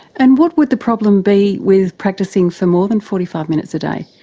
and what with the problem be with practising for more than forty five minutes a day?